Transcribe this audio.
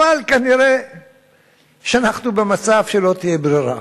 אבל כנראה אנחנו במצב שלא תהיה ברירה.